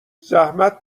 زحمت